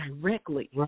directly